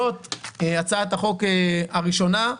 זאת הצעת החוק הראשונה,